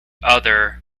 other